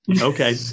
Okay